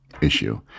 issue